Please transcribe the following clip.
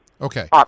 Okay